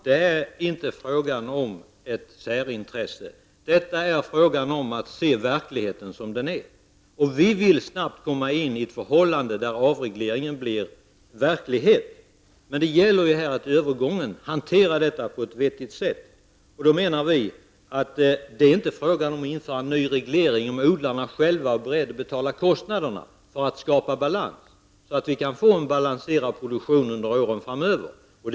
Herr talman! Det är inte fråga om ett särintresse. Det handlar om att se verkligheten som den är. Vi vill snabbt uppnå det förhållandet att avregleringen blir verklighet. Men det gäller att i övergången hantera den här frågan på ett vettigt sätt. Vi menar att det inte är fråga om att införa en ny reglering om odlarna är beredda att själva betala kostnaderna för att skapa balans, så att vi kan få en balanserad produktion under kommande år.